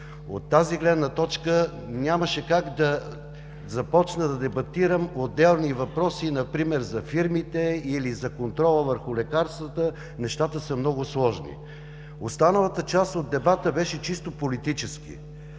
От тази гледна точка нямаше как да започна да дебатирам отделни въпроси, например за фирмите или за контрола върху лекарствата – нещата са много сложни. В останалата част дебатът беше чисто политически.